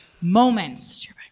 moments